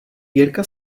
jirka